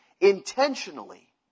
intentionally